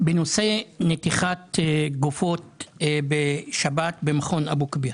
בנושא נתיחת גופות בשבת במכון אבו כביר.